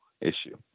issue